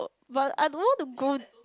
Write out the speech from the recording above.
but I don't know to go